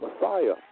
Messiah